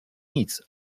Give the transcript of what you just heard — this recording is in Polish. nic